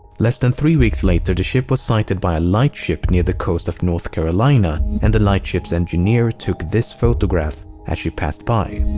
less than three weeks later the ship was sighted by a lightship near the coast of north carolina and the lightship's engineer took this photograph as she passed by.